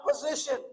opposition